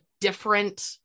different